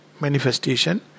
manifestation